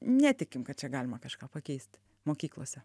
netikim kad čia galima kažką pakeisti mokyklose